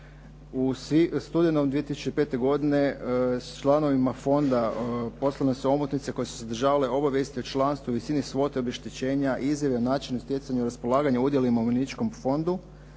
U studenom 2005. godine članovima fonda poslane su omotnice koje su sadržavale obavijesti o članstvu, visini svote obeštećenja, izjave o načinu i stjecanju raspolaganju udjelima u umirovljeničkom fondu